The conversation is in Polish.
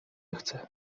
chcę